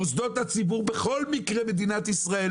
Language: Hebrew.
מוסדות הציבור בכל מקרה מדינת ישראל,